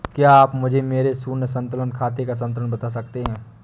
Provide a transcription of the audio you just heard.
क्या आप मुझे मेरे शून्य संतुलन खाते का संतुलन बता सकते हैं?